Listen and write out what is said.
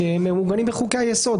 שהם מעוגנים בחוקי-היסוד.